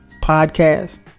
podcast